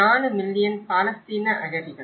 4 million பாலஸ்தீன அகதிகள்